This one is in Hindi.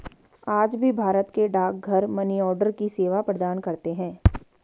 आज भी भारत के डाकघर मनीआर्डर की सेवा प्रदान करते है